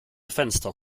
fenster